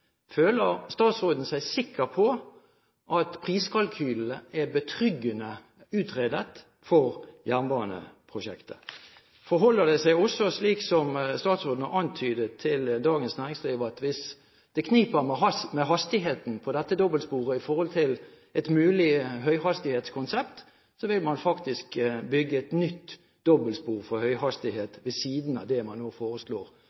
prosjektet? Føler statsråden seg sikker på at priskalkylene er betryggende utredet for jernbaneprosjektet? Forholder det seg også slik som statsråden har antydet til Dagens Næringsliv, at hvis det kniper med hastigheten på dette dobbeltsporet med tanke på et mulig høyhastighetskonsept, vil man faktisk bygge et nytt dobbeltspor for høyhastighet ved siden av det man nå foreslår